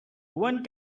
one